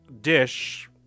dish